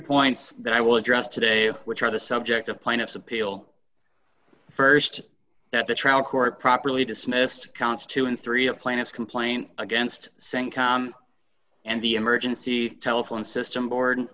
points that i will address today which are the subject of plaintiff's appeal st that the trial court properly dismissed counts two and three of plants complaint against saying and the emergency telephone system board